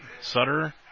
Sutter